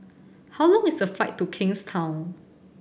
how long is the flight to Kingstown